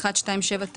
1279,